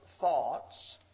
thoughts